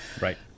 right